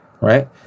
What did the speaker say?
right